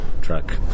truck